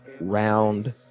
round